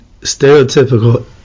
stereotypical